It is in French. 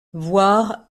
voir